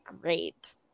great